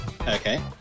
Okay